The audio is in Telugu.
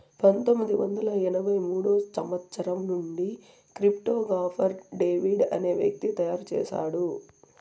పంతొమ్మిది వందల ఎనభై మూడో సంవచ్చరం నుండి క్రిప్టో గాఫర్ డేవిడ్ అనే వ్యక్తి తయారు చేసాడు